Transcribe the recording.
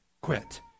quit